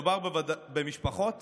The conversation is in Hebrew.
מדובר במשפחות